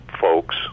folks